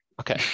Okay